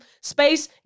space